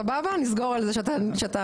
סבבה נסגור על זה.